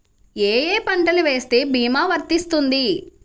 ఏ ఏ పంటలు వేస్తే భీమా వర్తిస్తుంది?